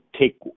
take